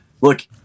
Look